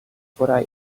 what